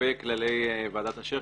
לגבי כללי ועדת אָשֵר.